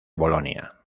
bolonia